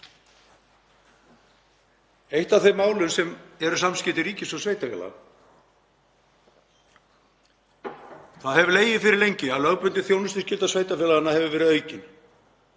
Eitt af þeim málum eru samskipti ríkis og sveitarfélaga. Það hefur legið fyrir lengi að lögbundin þjónustuskylda sveitarfélaganna hefur verið aukin.